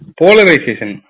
polarization